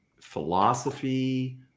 philosophy